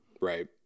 right